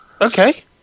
Okay